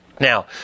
Now